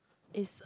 is